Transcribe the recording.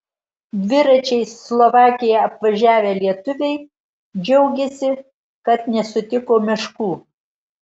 dviračiais slovakiją apvažiavę lietuviai džiaugiasi kad nesutiko meškų